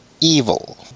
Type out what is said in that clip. evil